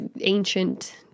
ancient